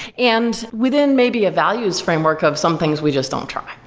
and within maybe a values framework of some things we just don't try.